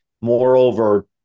Moreover